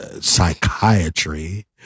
psychiatry